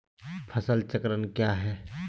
फसल चक्रण क्या है?